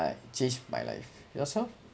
changed my life yourself